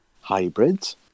Hybrids